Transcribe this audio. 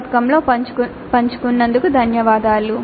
com లో పంచుకున్నందుకు ధన్యవాదాలు